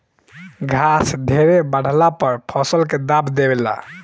घास ढेरे बढ़ला पर फसल के दाब देवे ला